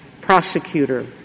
prosecutor